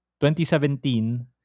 2017